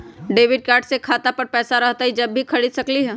Debit card से खाता पर पैसा रहतई जब ही खरीद सकली ह?